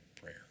prayer